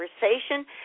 conversation